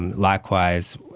and likewise,